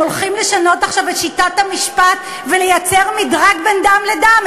הולכים לשנות עכשיו את שיטת המשפט ולייצר מדרג בין דם לדם.